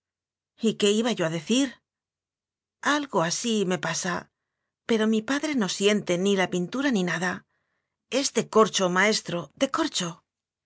habla y qué iba yo a decir algo así me pasa pero mi padre no sien te ni la pintura ni nada es de corcho maes tro de corcho